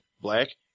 black